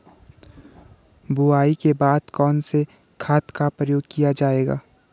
बुआई के बाद कौन से खाद का प्रयोग किया जायेगा?